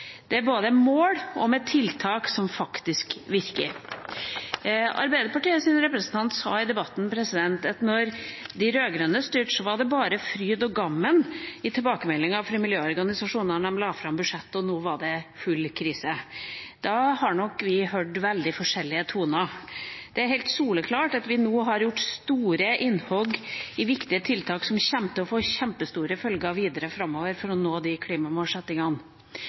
fem–seks årene, både med mål og med tiltak som faktisk virker. Arbeiderpartiets representant sa i debatten at da de rød-grønne styrte, var det bare fryd og gammen i tilbakemeldingene fra miljøorganisasjonene når de la fram budsjetter, og nå var det full krise. Da har nok vi hørt veldig forskjellige toner. Det er helt soleklart at vi nå har gjort store innhogg i viktige tiltak som kommer til å få kjempestore følger videre framover for å nå klimamålsettingene.